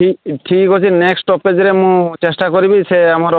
ଠିକ୍ ଅଛି ନେକ୍ଷ୍ଟ୍ ଷ୍ଟପେଜ୍ରେ ମୁଁ ଚେଷ୍ଟା କରିବି ସେ ଆମର